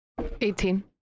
18